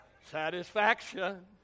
satisfaction